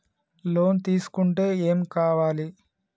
Loan తీసుకుంటే ఏం కావాలి?